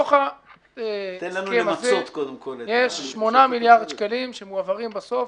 בתוך ההסכם הזה יש 8 מיליארד שקלים שמועברים בסוף